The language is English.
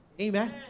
Amen